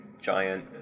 giant